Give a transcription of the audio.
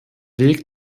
weg